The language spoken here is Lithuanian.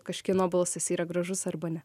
kažkieno balsas yra gražus arba ne